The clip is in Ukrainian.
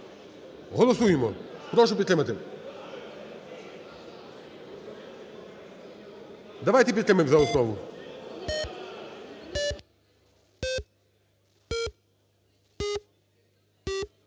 Голосуємо. Прошу підтримати. Давайте підтримаємо за основу.